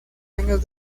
años